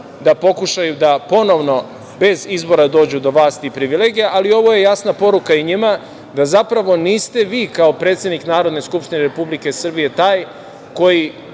da pokušaju da ponovno, bez izbora dođu do vlasti i privilegija, ali ovo je jasna poruka i njima, da zapravo niste vi, kao predsednik Narodne skupštine Republike Srbije taj, koji